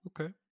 okay